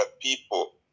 people